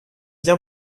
bien